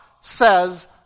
says